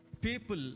people